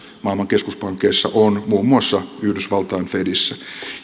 maailman keskuspankeissa on muun muassa yhdysvaltain fedissä